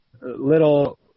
Little